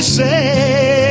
say